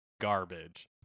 garbage